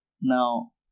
Now